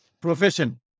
profession